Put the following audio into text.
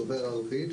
דובר ערבית,